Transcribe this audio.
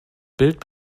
bild